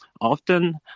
often